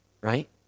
right